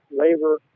labor